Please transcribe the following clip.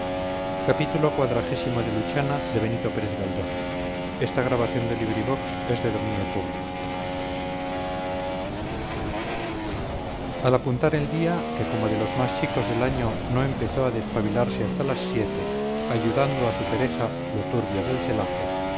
al apuntar el día que como de los más chicos del año no empezó a despabilarse hasta las siete ayudando a su pereza lo turbio del celaje